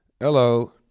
Hello